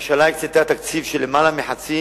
חברים, הממשלה הקצתה תקציב של למעלה מחצי